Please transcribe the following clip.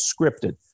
scripted